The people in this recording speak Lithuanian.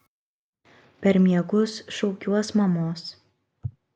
per miegus šaukiuos mamos